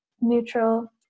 Neutral